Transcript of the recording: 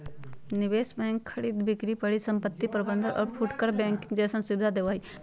निवेश बैंक खरीद बिक्री परिसंपत्ति प्रबंध और फुटकर बैंकिंग जैसन सुविधा देवा हई